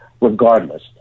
regardless